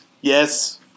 Yes